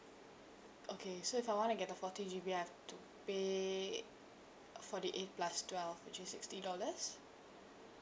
okay so if I want to get the forty G_B I have to pay forty eight plus twelve which is sixty dollars